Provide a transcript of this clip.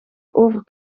over